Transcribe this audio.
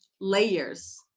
Layers